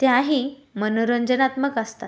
त्याही मनोरंजनात्मक असतात